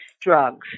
drugs